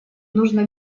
нужно